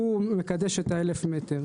הוא מקדש את ה- 1,000 מטר,